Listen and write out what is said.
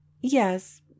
YES